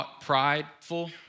prideful